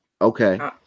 Okay